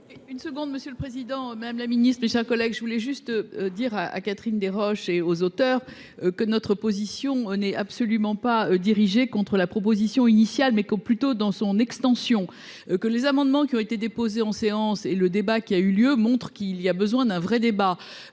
Une seconde, Monsieur le Président. Même la ministre et chers collègues, je voulais juste dire à Catherine Deroche et aux auteurs que notre position n'est absolument pas dirigé contre la proposition initiale mais qu'au plus tôt dans son extension que les amendements qui ont été déposés en séance et le débat qui a eu lieu montres qu'il y a besoin d'un vrai débat.